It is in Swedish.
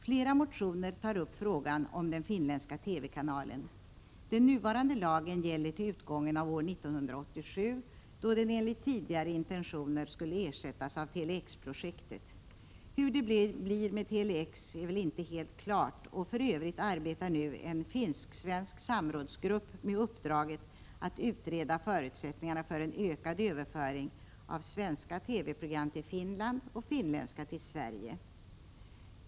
Flera motioner tar upp frågan om den finländska TV-kanalen. Den nuvarande lagen gäller till utgången av år 1987, då den enligt tidigare intentioner skulle ersättas av Tele-X-projektet. Hur det blir med Tele-X är väl inte helt klart, och för övrigt arbetar nu en finsk-svensk samrådsgrupp med uppdraget att utreda förutsättningarna för en utökad överföring av svenska TV-program till Finland och finländska till Sverige.